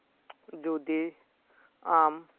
ᱡᱩᱫᱤ ᱟᱢ